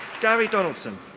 gary donaldson.